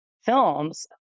films